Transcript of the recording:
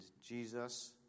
Jesus